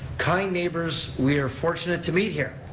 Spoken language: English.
kind neighbors we are fortunate to meet here.